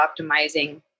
optimizing